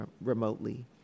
remotely